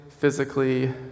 physically